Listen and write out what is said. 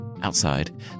Outside